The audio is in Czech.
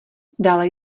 dále